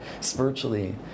spiritually